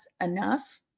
enough